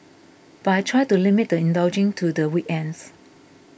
but I try to limit the indulging to the weekends